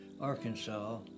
Arkansas